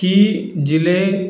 ਕੀ ਜ਼ਿਲ੍ਹੇ